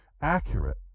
accurate